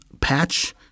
patch